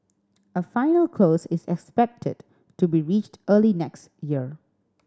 a final close is expected to be reached early next year